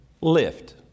lift